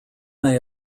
may